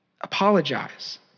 Apologize